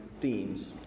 themes